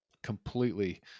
Completely